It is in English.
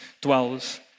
dwells